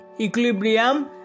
equilibrium